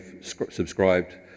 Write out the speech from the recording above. subscribed